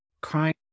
crying